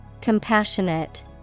Compassionate